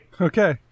Okay